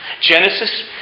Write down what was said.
Genesis